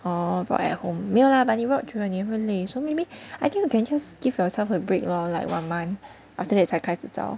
oh work at home 没有 lah but 你 work through 你的婚礼 so maybe I think you can just give yourself a break lor like one month after that 才开始找